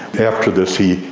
after this he,